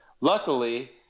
luckily